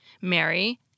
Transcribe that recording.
Mary